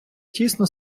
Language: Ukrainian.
тісно